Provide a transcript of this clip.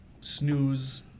snooze